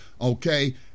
Okay